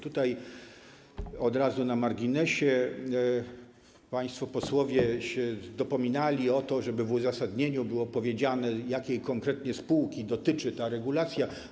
Tutaj od razu na marginesie powiem, że państwo posłowie dopominali się o to, żeby w uzasadnieniu było powiedziane, jakiej konkretnie spółki dotyczy ta regulacja.